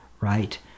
Right